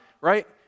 right